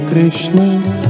Krishna